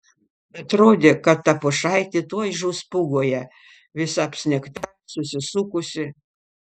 atrodė kad ta pušaitė tuoj žus pūgoje visa apsnigta susisukusi